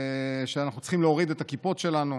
שאנחנו צריכים להוריד את הכיפות שלנו,